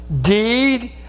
deed